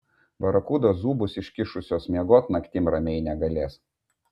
barakudos zūbus iškišusios miegoti naktim ramiai negalės